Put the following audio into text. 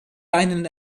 einen